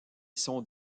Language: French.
sont